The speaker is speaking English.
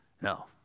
No